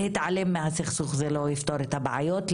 להתעלם מהסכסוך זה לא יפתור את הבעיות,